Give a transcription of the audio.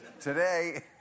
Today